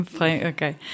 okay